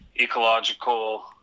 ecological